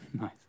Nice